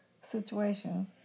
situation